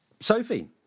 Sophie